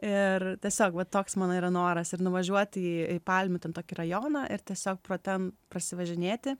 ir tiesiog va toks mano yra noras ir nuvažiuoti į palmių ten tokį rajoną ir tiesiog pro ten prasivažinėti